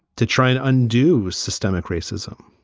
to try and undo systemic racism